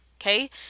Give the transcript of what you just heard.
Okay